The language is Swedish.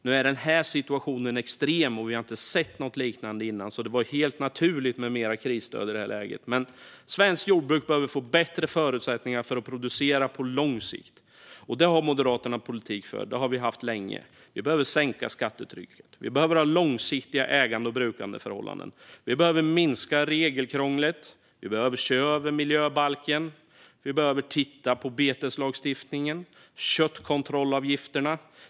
Nu är den här situationen extrem, och vi har inte sett något liknande innan, så det var helt naturligt med mer krisstöd i det här läget. Men svenskt jordbruk behöver få bättre förutsättningar för att producera på lång sikt. Det har Moderaterna politik för, och det har vi haft länge. Vi behöver sänka skattetrycket. Vi behöver ha långsiktiga ägande och brukandeförhållanden. Vi behöver minska regelkrånglet. Vi behöver se över miljöbalken. Vi behöver titta på beteslagstiftningen och köttkontrollavgifterna.